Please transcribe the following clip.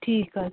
ٹھیٖک حظ